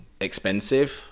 expensive